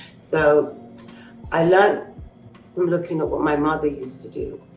so i learned from looking at what my mother used to do.